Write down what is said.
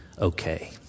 Okay